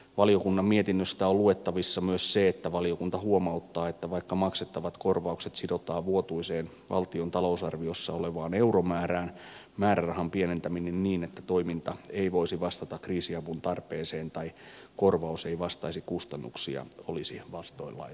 valiokunnan mietinnöstä on luettavissa myös se että valiokunta huomauttaa että vaikka maksettavat korvaukset sidotaan vuotuiseen valtion talousarviossa olevaan euromäärään määrärahan pienentäminen niin että toiminta ei voisi vastata kriisiavun tarpeeseen tai korvaus ei vastaisi kustannuksia olisi vastoin lain tarkoitusta